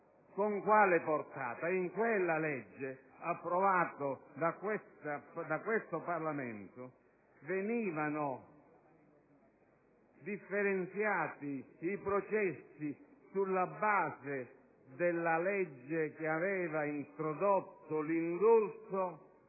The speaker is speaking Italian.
con quale portata? In quella legge approvata da questo Parlamento venivano differenziati i processi sulla base della legge che aveva introdotto l'indulto,